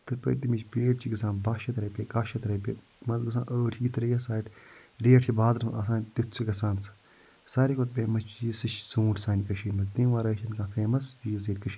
تِتھ پٲٹھۍ تَمِچ پیٖٹ چھِ گژھان بَہہ شَتھ رۄپیہِ کَہہ شَتھ رۄپیہِ منٛزٕ گژھان ٲٹھ یِتھ ریس رَٹہِ ریٹ چھِ بازرَس منٛز آسان تِتھ چھِ گژھان سُہ سارِوی کھۄتہٕ فیمَس چیٖز چھِ سُہ چھِ ژوٗنٛٹھ سانہِ کٔشیٖرِ منٛز تَمہِ ورٲے چھِنہٕ کانٛہہ فیمَس چیٖز ییٚتہِ